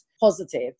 positive